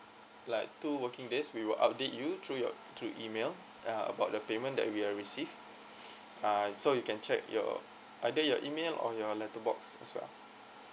like two working days we will update you through your through email uh about the payment that we have received uh so you can check your either your email or your letterbox as well